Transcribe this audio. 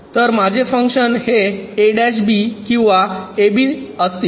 तर माझे फंक्शन्स हे किंवा असतील